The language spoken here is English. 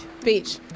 Beach